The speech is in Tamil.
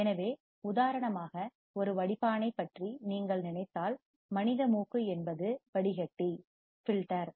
எனவே உதாரணமாக ஒரு வடிப்பானைப் பில்டர் ஐ பற்றி நீங்கள் நினைத்தால் மனித மூக்கு என்பது வடிகட்டி பில்டர்